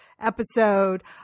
episode